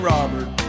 Robert